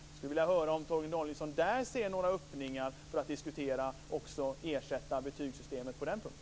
Jag skulle vilja höra om Torgny Danielsson ser några öppningar för att diskutera att ersätta betygssystemet också på den punkten.